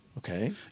Okay